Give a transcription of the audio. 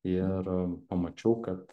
ir pamačiau kad